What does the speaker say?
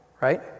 right